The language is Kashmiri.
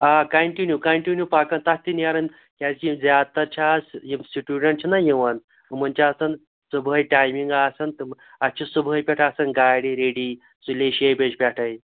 آ کَنٹِنیٛوٗ کَنٹِنیٛوٗ پَکان تتھ تہِ نیران کیٛازِ کہِ زیاد تَر چھِ اَز یِم سِٹوٗڈنٛٹ چھِناہ یِوان یِمَن چھِ آسان صُبحٲے ٹایمِنٛگ آسان تہٕ اَتہِ چھِ صُبحٲے پٮ۪ٹھ آسان گاڑِ ریٚڈی سُلے شیٚیہِ بَجہِ پٮ۪ٹھٕے